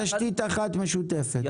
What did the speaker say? מגדלים בתשתית אחת משותפת,